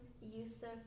Yusuf